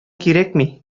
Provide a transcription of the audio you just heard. кирәкми